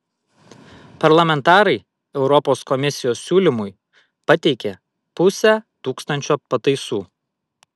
parlamentarai europos komisijos siūlymui pateikė pusę tūkstančio pataisų